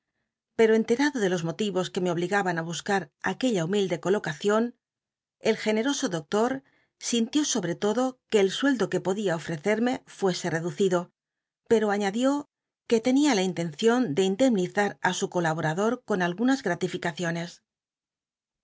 pero enterado de los moti ros que me obligaban í buscar aquella humilde colocacion el generoso doctor sintió sobre todo ue el sueldo que poc lia ofrecerme fuese eclucido pero añadió que tenia la intencion de indemnizar í su colabomdor con algunas gratificaciones